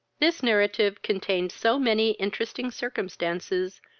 this narrative contained so many interesting circumstances,